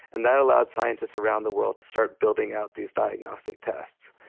and that allowed scientists around the world to start building out these diagnostic tests.